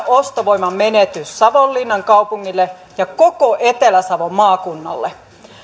ostovoiman menetys savonlinnan kaupungille ja koko etelä savon maakunnalle